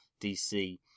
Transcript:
DC